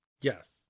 Yes